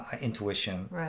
intuition